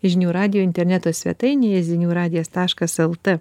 žinių radijo interneto svetainėje ziniuradijas taškas lt